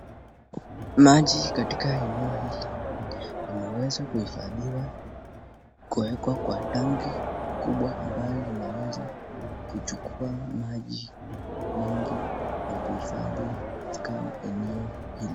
Maji katika eneo hili, yameweza kuhifadhiwa kuwekwankwa tanki kubwa ambalo linaweza kuchukua maji mengi na kuhifadhi katika eneo hili.